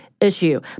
issue